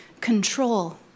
control